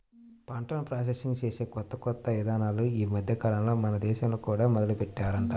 పంటను ప్రాసెసింగ్ చేసే కొత్త కొత్త ఇదానాలు ఈ మద్దెకాలంలో మన దేశంలో కూడా మొదలుబెట్టారంట